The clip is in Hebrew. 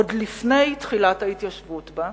עוד לפני תחילת ההתיישבות בה,